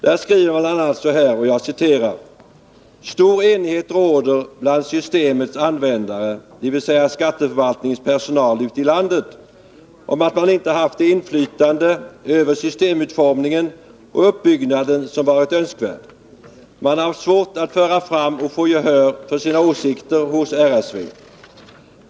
Där skriver man bl.a. så här: ”Stor enighet råder bland systemets användare, d vs skatteförvaltningens personal ute i landet, om att man inte haft det inflytande över systemutformningen och uppbyggnaden som varit önskvärt. Man har haft svårt att föra fram och få gehör för sina åsikter hos RSV.